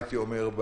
הייתי אומר,